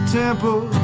temple